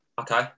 Okay